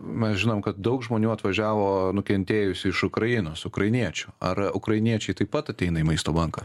mes žinom kad daug žmonių atvažiavo nukentėjusių iš ukrainos ukrainiečių ar ukrainiečiai taip pat ateina į maisto banką